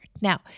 now